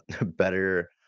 better